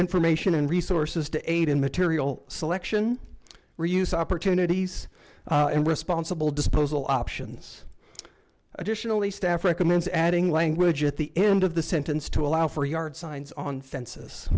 information and resources to aid in material selection reuse opportunities and responsible disposal options additionally staff recommends adding language at the end of the sentence to allow for yard signs on fen